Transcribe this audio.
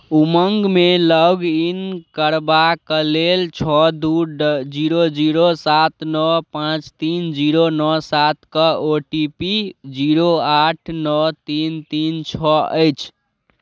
उमंगमे login करबाक लेल छओ दू ड जीरो जीरो सात नओ पाँच तीन जीरो नओ सातके ओ टी पी जीरो आठ नओ तीन तीन छओ अछि